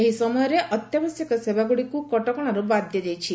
ଏହି ସମୟରେ ଅତ୍ୟାବଶ୍ୟକ ସେବାଗୁଡ଼ିକୁ କଟକଶାରୁ ବାଦ୍ ଦିଆଯାଇଛି